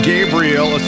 Gabriel